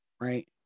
right